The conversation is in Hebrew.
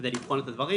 כדי לבחון את הדברים,